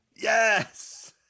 Yes